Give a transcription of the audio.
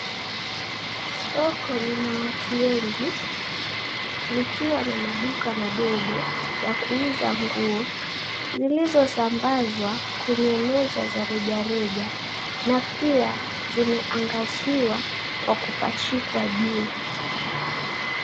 Soko lina watu wengi likiwa na maduka madogo ya kuuza nguo zilizosambazwa kwa kwenye meza za rejareja na pia zimeangaziwa kwa kupachikwa juu.